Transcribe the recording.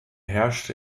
herrschte